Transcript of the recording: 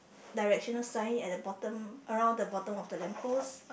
directional sign at the bottom around the bottom of the lamp post